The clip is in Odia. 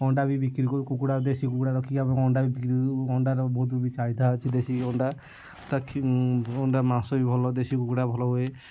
ଅଣ୍ଡା ବି ବିକ୍ରି କରୁ କୁକୁଡ଼ା ଦେଶୀ କୁକୁଡ଼ା ରଖିକି ଆମେ ଅଣ୍ଡା ବିକି କି ଅଣ୍ଡାର ବହୁତ ବି ଚାହିଦା ଅଛି ଦେଶୀ ଅଣ୍ଡା ତାକି ଅଣ୍ଡା ମାଂସ ବି ଭଲ ଦେଶୀ କୁକୁଡ଼ା ଭଲ ହୁଏ